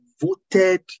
voted